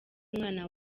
umwana